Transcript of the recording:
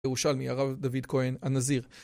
ירושלמי הרב דוד כהן הנזיר